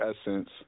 Essence